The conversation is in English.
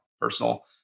Personal